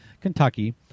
Kentucky